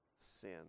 sin